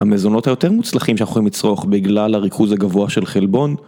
המזונות היותר מוצלחים שאנחנו יכולים לצרוך בגלל הריכוז הגבוה של חלבון